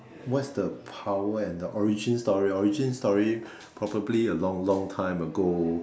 what's the power and the origin story origin story probably a long long time ago